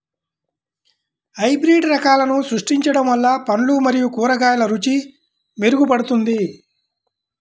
hybrid రకాలను సృష్టించడం వల్ల పండ్లు మరియు కూరగాయల రుచి మెరుగుపడుతుంది